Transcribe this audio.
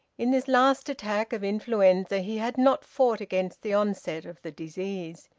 in this last attack of influenza he had not fought against the onset of the disease.